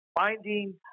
finding